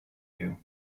you